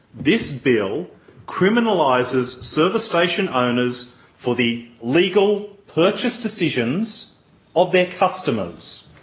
this bill criminalises service station owners for the legal purchase decisions of their customers.